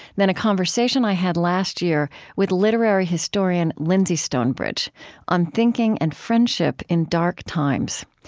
than a conversation i had last year with literary historian lyndsey stonebridge on thinking and friendship in dark times.